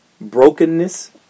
brokenness